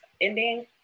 ending